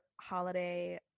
holiday